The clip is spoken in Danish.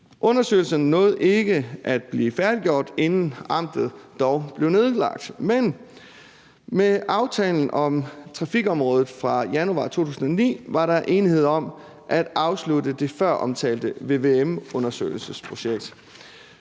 Undersøgelsen nåede dog ikke at blive færdiggjort, inden amtet blev nedlagt, men med aftalen på trafikområdet fra januar 2009 var der enighed om at afslutte det føromtalte vvm-undersøgelsesprojekt.